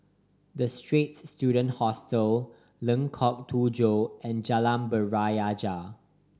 The Straits Student Hostel Lengkok Tujoh and Jalan Berjaya